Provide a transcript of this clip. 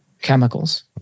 chemicals